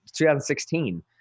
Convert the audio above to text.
2016